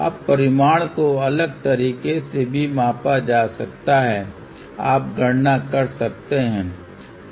अब परिमाण को अलग तरीके से भी मापा जा सकता है आप गणना कर सकते हैं